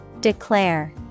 Declare